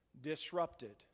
disrupted